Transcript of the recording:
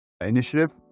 initiative